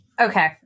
okay